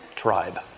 tribe